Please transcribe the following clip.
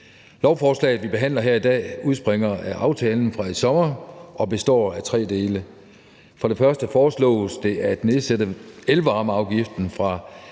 Lovforslaget, vi behandler her i dag, udspringer af aftalen fra i sommer og består af tre dele. For det første foreslås det at nedsætte elvarmeafgiften fra